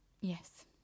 Yes